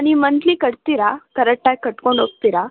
ನೀವು ಮಂತ್ಲಿ ಕಟ್ತೀರಾ ಕರೆಕ್ಟಾಗಿ ಕಟ್ಕೊಂಡೋಗ್ತೀರಾ